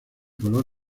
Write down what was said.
color